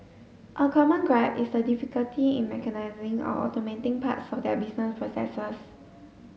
a common gripe is a difficulty in mechanising or automating parts of their business processes